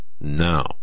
Now